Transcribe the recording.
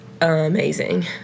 amazing